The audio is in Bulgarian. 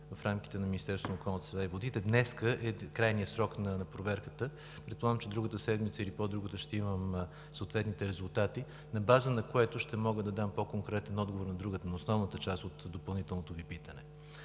в рамките на Министерството на околната среда и водите. Днес е крайният срок на проверката. Предполагам, че другата или по-другата седмица ще имам съответните резултати, на база на което ще мога да дам по-конкретен отговор на другата, на основната част от допълнителното Ви питане.